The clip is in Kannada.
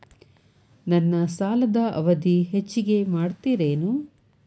ನನ್ನ ಸಾಲದ ಅವಧಿ ಹೆಚ್ಚಿಗೆ ಮಾಡ್ತಿರೇನು?